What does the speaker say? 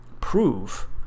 prove